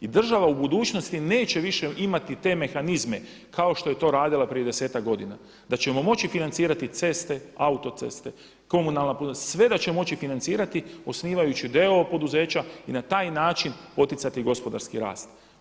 I država u budućnosti neće više imati te mehanizme kao što je to radila prije desetak godina, da ćemo moći financirati ceste, autoceste, komunalna poduzeća, sve da će moći financirati osnivajući d.o.o. poduzeća i na taj način poticati gospodarski rast.